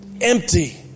Empty